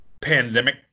pandemic